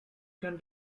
can